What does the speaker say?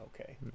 Okay